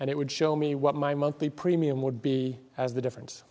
and it would show me what my monthly premium would be as the difference